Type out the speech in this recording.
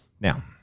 Now